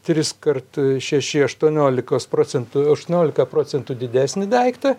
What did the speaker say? triskart šeši aštuoniolikos procentų aštuoniolika procentų didesnį daiktą